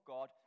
God